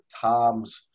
Tom's